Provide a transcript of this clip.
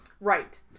Right